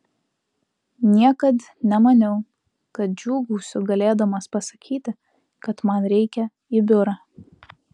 niekad nemaniau kad džiūgausiu galėdamas pasakyti kad man reikia į biurą